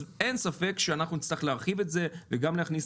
אז אין ספק שאנחנו נצטרך להרחיב את זה וגם להכניס